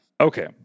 Okay